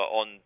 on